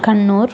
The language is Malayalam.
കണ്ണൂർ